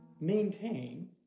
maintain